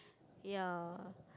ya